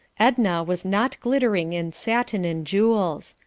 edna was not glittering in satin and jewels.